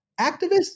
activists